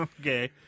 Okay